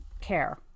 care